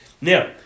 Now